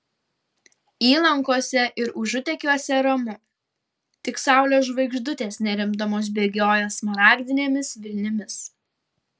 įlankose ir užutekiuose ramu tik saulės žvaigždutės nerimdamos bėgioja smaragdinėmis vilnimis